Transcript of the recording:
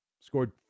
scored